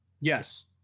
Yes